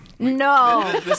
No